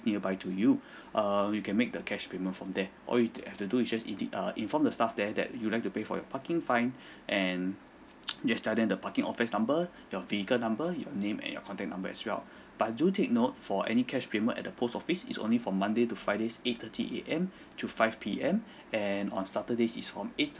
nearby to you err you can make the cash payment from there all you have to do you just indi~ err inform the staff there that you'd like to pay for your parking fine and just tell them the parking offence number your vehicle number your name and your contact number as well but do take note for any cash payment at the post office is only for monday to fridays eight thirty A_M to five P_M and on saturdays is from eight